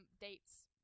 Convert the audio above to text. dates